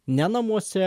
ne namuose